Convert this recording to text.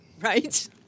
Right